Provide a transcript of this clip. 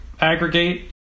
aggregate